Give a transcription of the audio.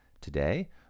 Today